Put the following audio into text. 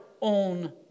own